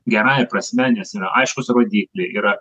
gerąja prasme nes yra aiškūs rodikliai yra